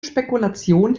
spekulationen